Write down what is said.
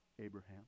abraham